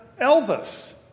Elvis